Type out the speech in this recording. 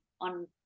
on